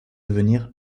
devenir